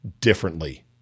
differently